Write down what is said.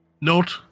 Note